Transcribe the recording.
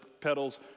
pedals